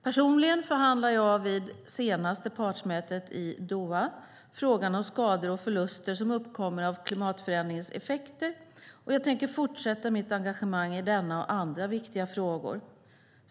Personligen förhandlade jag vid senaste partsmötet i Doha frågan om skador och förluster som uppkommer av klimatförändringarnas effekter, och jag tänker fortsätta mitt engagemang i denna fråga och i andra viktiga frågor.